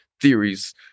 theories